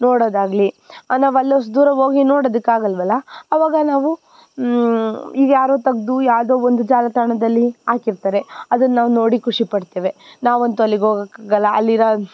ನೋಡೋದಾಗಲಿ ನಾವು ಅಲ್ಲಿ ಅಷ್ಟು ದೂರ ಹೋಗಿ ನೋಡೋದಕ್ಕೆ ಆಗಲ್ವಲ್ಲ ಅವಾಗ ನಾವು ಈಗ ಯಾರೋ ತೆಗ್ದು ಯಾವುದೋ ಒಂದು ಜಾಲತಾಣದಲ್ಲಿ ಹಾಕಿರ್ತಾರೆ ಅದನ್ನು ನಾವು ನೋಡಿ ಖುಷಿಪಡ್ತೇವೆ ನಾವಂತೂ ಅಲ್ಲಿಗೆ ಹೋಗಕ್ ಆಗಲ್ಲ ಅಲ್ಲಿರೋ